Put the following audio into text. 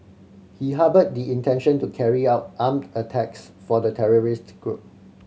he harboured the intention to carry out armed attacks for the terrorist group